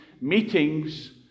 meetings